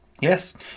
Yes